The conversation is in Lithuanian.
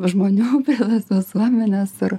žmonių prie tos visuomenės ir